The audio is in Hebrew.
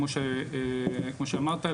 כמו שאמרת,